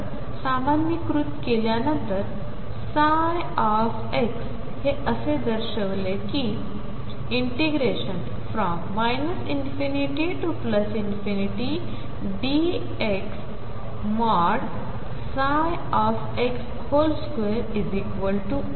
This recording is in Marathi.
तर सामान्यीकृत केल्या नंतर ψ हे असे दर्शविल कि ∫∞ dx ψ21